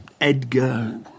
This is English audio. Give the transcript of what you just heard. Edgar